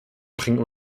bringen